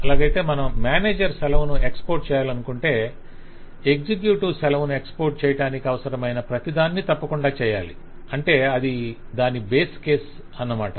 అలాగైతే మనం మేనేజర్ సెలవును ఎక్స్ పోర్ట్ చేయాలనుకుంటే ఎగ్జిక్యూటివ్ సెలవును ఎక్స్ పోర్ట్ చేయడానికి అవసరమైన ప్రతిదాన్ని తప్పకుండా చేయాలి అంటే దాని బేస్ కేసుని అన్నమాట